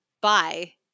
Bye